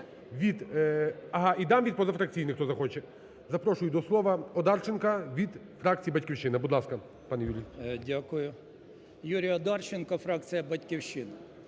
Ага, і дам від позафракційних, хто захоче. Запрошую до слова Одарченка від фракції "Батьківщина". Будь ласка, пане Юрій. 13:02:18 ОДАРЧЕНКО Ю.В. Дякую. Юрій Одарченко, фракція "Батьківщина".